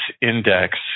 index